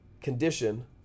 condition